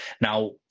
Now